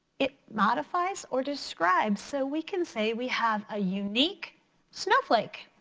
it modifies or describes. so we can say we have a unique snowflake.